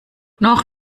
noch